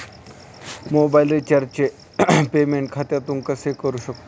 Mobile रिचार्जचे payment खात्यातून कसे करू शकतो?